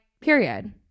period